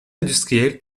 industrielle